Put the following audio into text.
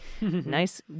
nice